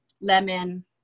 Lemon